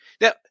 Now